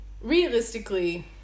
realistically